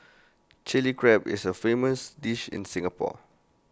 Chilli Crab is A famous dish in Singapore